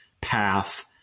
path